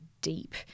deep